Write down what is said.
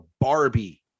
Barbie